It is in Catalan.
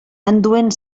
enduent